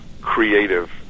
creative